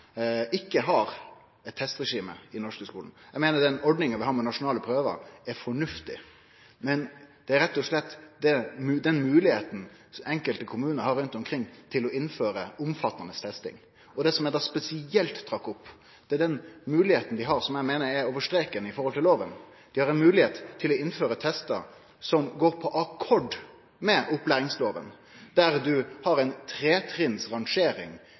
norske skulen. Eg meiner at den ordninga vi har med nasjonale prøvar, er fornuftig, men dette dreier seg rett og slett om den moglegheita enkelte kommunar rundt omkring har til å innføre omfattande testing. Det som eg spesielt trekte opp, var den moglegheita ein har – og som eg meiner er å gå over streken med omsyn til loven – til å innføre testar som går på akkord med opplæringsloven, der ein har